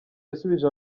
yasubije